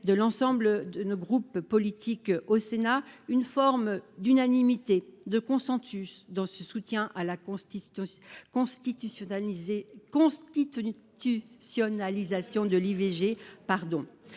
de l'ensemble de nos groupes politiques au Sénat une forme d'unanimité de consensus dans ce soutien à la constitution constitutionnaliser